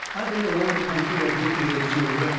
i been around the country a good eal, too,